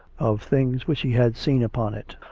of things which he had seen upon it,